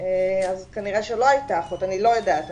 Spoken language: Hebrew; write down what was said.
אז כנראה שלא הייתה אחות, אני לא יודעת.